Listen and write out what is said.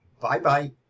Bye-bye